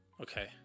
Okay